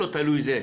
לא תלוי בזה.